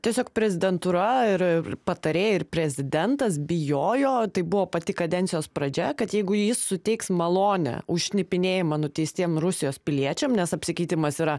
tiesiog prezidentūra ir patarėjai ir prezidentas bijojo tai buvo pati kadencijos pradžia kad jeigu jis suteiks malonę už šnipinėjimą nuteistiem rusijos piliečiam nes apsikeitimas yra